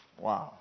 Wow